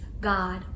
God